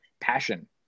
passion